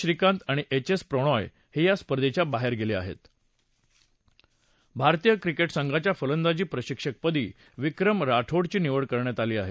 श्रीकांत आणि H S Prannoy हे या स्पर्धेच्या बाहेर गेले आहेत भारतीय क्रिकेट संघाच्या फलंदाजी प्रशिक्षकपदी विक्रम राठोडची निवड झाली आहे